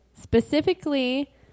specifically